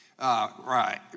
Right